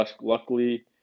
Luckily